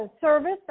service